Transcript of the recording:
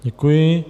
Děkuji.